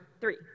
Three